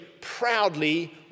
proudly